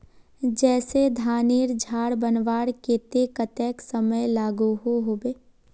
जैसे धानेर झार बनवार केते कतेक समय लागोहो होबे?